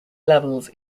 levels